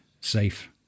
safe